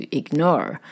ignore